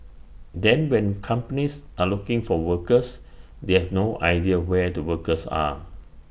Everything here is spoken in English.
then when companies are looking for workers they have no idea where the workers are